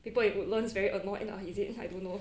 people in woodlands very annoyed lah is it I don't know